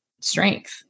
strength